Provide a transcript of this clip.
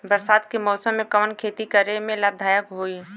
बरसात के मौसम में कवन खेती करे में लाभदायक होयी?